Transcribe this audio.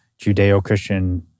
Judeo-Christian